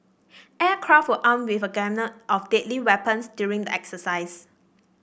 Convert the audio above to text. aircraft were armed with a gamut of deadly weapons during the exercise